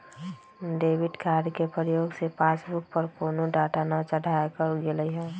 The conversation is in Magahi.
डेबिट कार्ड के प्रयोग से पासबुक पर कोनो डाटा न चढ़ाएकर गेलइ ह